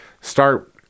start